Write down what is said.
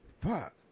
Fuck